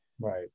Right